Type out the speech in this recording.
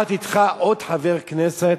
לקחת אתך עוד חבר כנסת,